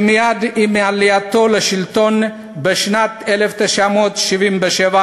מייד עם עלייתו לשלטון בשנת 1977,